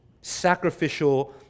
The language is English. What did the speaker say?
sacrificial